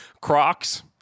Crocs